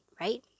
right